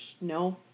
No